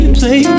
play